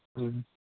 ꯎꯝ